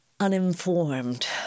uninformed